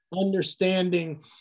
understanding